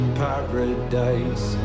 paradise